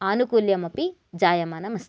आनुकूल्यमपि जायमानम् अस्ति